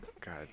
God